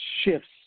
shifts